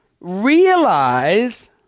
realize